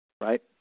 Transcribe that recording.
Right